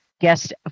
guest